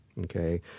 okay